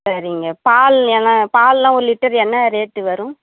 சரிங்க பால் என்ன பாலெல்லாம் ஒரு லிட்டர் என்ன ரேட்டு வரும்